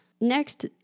next